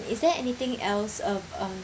is there anything else uh um